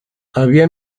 había